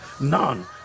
none